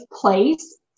place